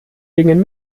gingen